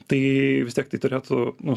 tai vis tiek tai turėtų nu